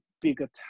bigger